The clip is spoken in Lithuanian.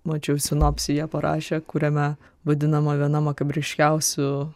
mačiau sinopsyje parašė kuriame vadinama viena makabriškiausių